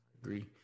Agree